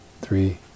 three